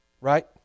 Right